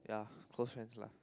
yeah close friends lah